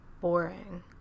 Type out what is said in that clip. boring